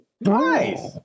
Nice